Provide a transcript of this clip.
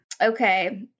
Okay